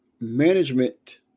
management